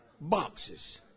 boxes